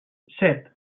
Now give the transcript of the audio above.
set